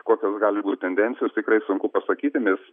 kokios gali būt tendencijos tikrai sunku pasakyti nes